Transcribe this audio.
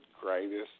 greatest